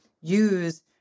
use